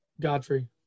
Godfrey